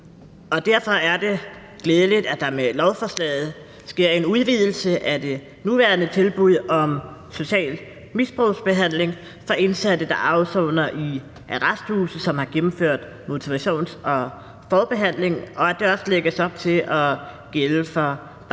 derfor er det glædeligt, at der med lovforslaget sker en udvidelse af det nuværende tilbud om social stofmisbrugsbehandling for indsatte, der afsoner i arresthuse, og som har gennemført motivations- og forbehandling, og at der også lægges op til, at det gælder